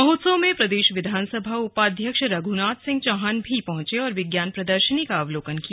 महोत्सव में प्रदेश विधानसभा उपाध्यक्ष रघुनाथ सिंह चौहान भी पहंचे और विज्ञान प्रदर्शनी का अवलोकन किया